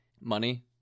money